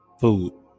food